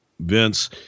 Vince